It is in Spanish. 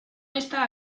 está